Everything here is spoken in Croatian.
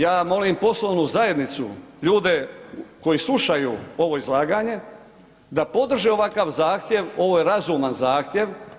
Ja molim poslovnu zajednicu, ljude koji slušaju ovo izlaganje, da podrže ovakav zahtjev, ovo je razuman zahtjev.